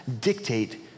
dictate